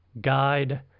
guide